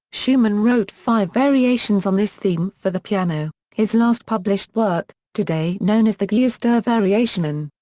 schumann wrote five variations on this theme for the piano, his last published work, today known as the geistervariationen.